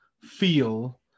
feel